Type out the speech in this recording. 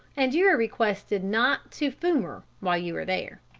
and you are requested not to fumer while you are there.